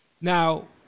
Now